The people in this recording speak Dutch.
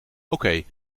oké